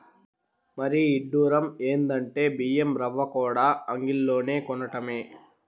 మరీ ఇడ్డురం ఎందంటే బియ్యం రవ్వకూడా అంగిల్లోనే కొనటమే